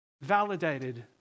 validated